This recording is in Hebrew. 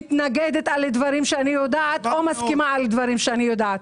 מתנגדת לדברים שאני יודעת או מסכימה בדברים שאני יודעת.